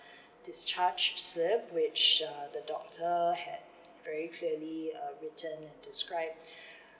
discharge certificate which uh the doctor had very clearly uh return and describe